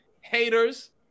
haters